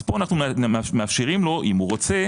פה אנו מאפשרים לו אם רוצה,